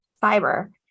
fiber